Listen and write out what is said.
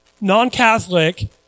non-Catholic